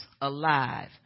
alive